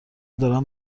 دارم